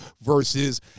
versus